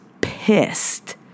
pissed